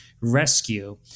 rescue